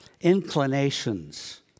Inclinations